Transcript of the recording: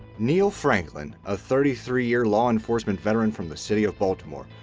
neil franklin, a thirty three year law enforcement veteran from the city of baltimore,